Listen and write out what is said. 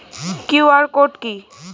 QR code কি?